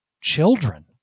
children